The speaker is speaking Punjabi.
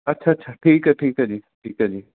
ਅੱਛਾ ਅੱਛਾ ਠੀਕ ਹੈ ਠੀਕ ਹੈ ਜੀ ਠੀਕ ਹੈ ਜੀ